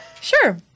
Sure